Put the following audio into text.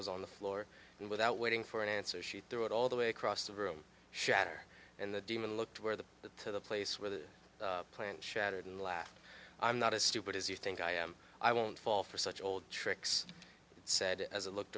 was on the floor and without waiting for an answer she threw it all the way across the room shatter and the demon looked where the but to the place where the plant shattered in laughter i'm not as stupid as you think i am i won't fall for such old tricks said as a looked